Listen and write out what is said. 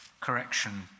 Correction